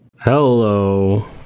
Hello